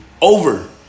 over